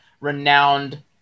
renowned